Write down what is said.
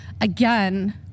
Again